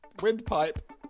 windpipe